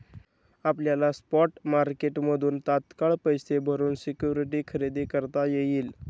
आपल्याला स्पॉट मार्केटमधून तात्काळ पैसे भरून सिक्युरिटी खरेदी करता येईल